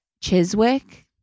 chiswick